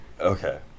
Okay